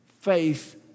faith